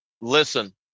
Listen